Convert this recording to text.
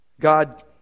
God